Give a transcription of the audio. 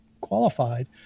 qualified